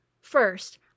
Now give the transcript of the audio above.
First